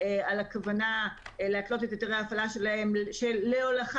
על הכוונה להתלות את היתרי ההפעלה שלהם להולכת